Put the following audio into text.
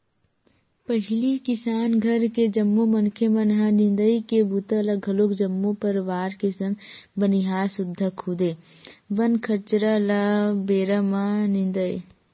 पहिली किसान घर के जम्मो मनखे मन ह निंदई के बूता ल घलोक जम्मो परवार के संग बनिहार सुद्धा खुदे बन कचरा ल बेरा म निंदय